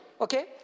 Okay